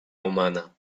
humana